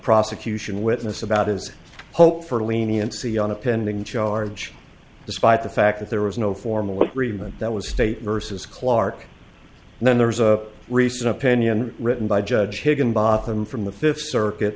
prosecution witness about is hope for leniency on a pending charge despite the fact that there was no formal agreement that was state vs clarke and then there was a recent opinion written by judge higginbotham from the fifth circuit